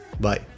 bye